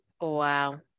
Wow